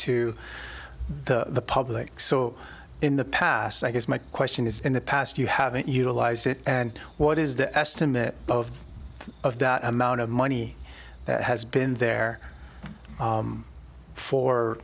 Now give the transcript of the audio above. to the public so in the past i guess my question is in the past you haven't utilize it and what is the estimate of of that amount of money has been there